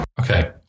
Okay